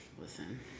listen